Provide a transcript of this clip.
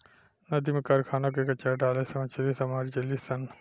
नदी में कारखाना के कचड़ा डाले से मछली सब मर जली सन